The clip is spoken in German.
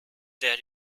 der